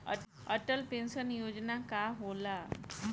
Atal pension Yojana का होला?